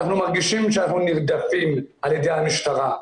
אנחנו מרגישים שאנחנו נרדפים על המשטרה.